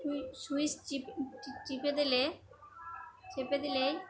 switch চিপে দিলে চেপে দিলেই